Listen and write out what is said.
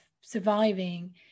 surviving